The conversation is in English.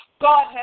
God